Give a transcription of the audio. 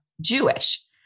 Jewish